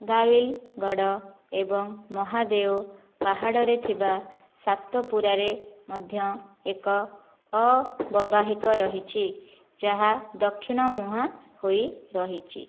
ଗାୱିଲଗଡ଼ ଏବଂ ମହାଦେଓ ପାହାଡ଼ରେ ଥିବା ସାତପୁରାରେ ମଧ୍ୟ ଏକ ଅବବାହିକା ରହିଛି ଯାହା ଦକ୍ଷିଣ ମୁହାଁ ହୋଇ ରହିଛି